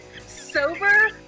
sober